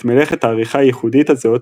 את מלאכת העריכה הייחודית הזאת,